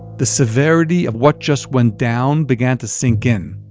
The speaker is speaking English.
the severity of what just went down began to sink in.